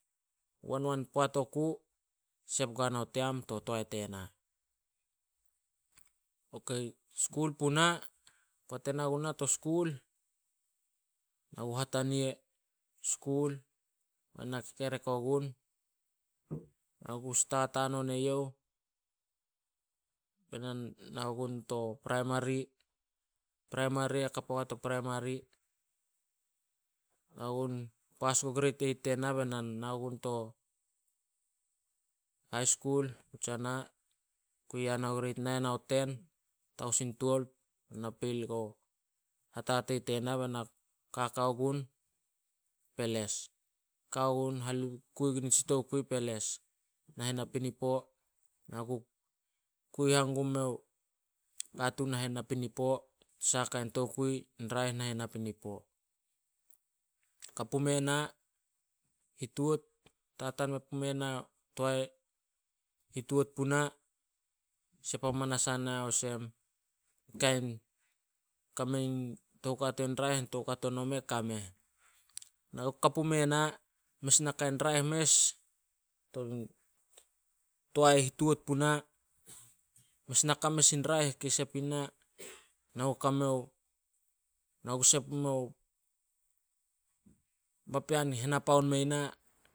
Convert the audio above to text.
Wanwan poat oku sep guana o team to toea tena. Ok, skul puna, poat ena ku na to skul. Na ku hatania skul kekerek ogun. Na gu stat hanon eyouh be na nau gun to praimari, hakap ogua to praimari, pas guo grade eit tena bai na nau gun to high skul, Hutjena, kui yana grade nain ao ten, tu taosin twelve be na peil guo hatatei tena be na kaka gun, peles. Kao gun, kui gun nitsi tokui peles. Nahen napinipo, na ku kui hangum meo katuun nahen napinipo, saha kain tokui in raeh nahen napinipo. Ka pume na, hituot tatan me puna toae, hituot puno. Sep amanas yana olsem kame in toukato in raeh ain toukato i nome ka meh. Ka pume na, mes naka raeh mes to taoe hituat puna, mes naka mes in raeh kei sep ina, Papean henapaon mei na.